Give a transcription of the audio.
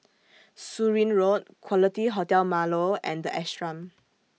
Surin Road Quality Hotel Marlow and The Ashram